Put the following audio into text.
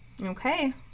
Okay